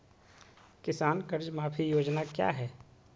किसान कर्ज माफी योजना क्या है?